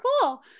cool